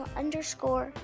underscore